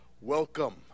welcome